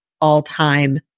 all-time